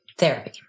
therapy